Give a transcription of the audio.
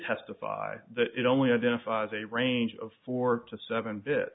testify that it only identifies a range of four to seven bit